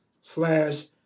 slash